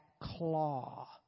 claw